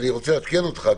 לעדכן אותך.